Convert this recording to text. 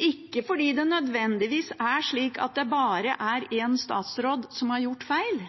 ikke fordi det nødvendigvis er slik at det bare er én statsråd som har gjort feil,